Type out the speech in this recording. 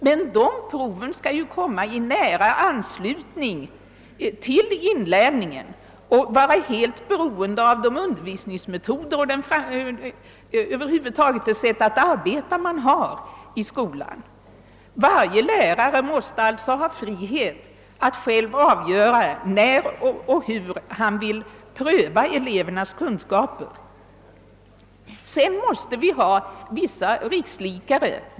Men dessa prov skall anordnas i nära anslutning till inlärningen och vara helt beroende av de undervisningsmetoder och över huvud taget det sätt att arbeta som tillämpas i skolan. Varje lärare måste alltså ha frihet att själv avgöra när och hur han vill pröva elevernas kunskaper. Sedan måste vi ha vissa rikslikare.